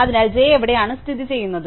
അതിനാൽ j എവിടെയാണ് സ്ഥിതിചെയ്യുന്നത്